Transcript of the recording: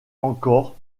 encore